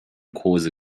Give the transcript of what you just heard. cause